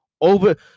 over